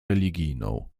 religijną